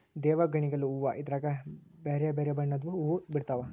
ದೇವಗಣಿಗಲು ಹೂವ್ವ ಇದ್ರಗ ಬೆರೆ ಬೆರೆ ಬಣ್ಣದ್ವು ಹುವ್ವ ಬಿಡ್ತವಾ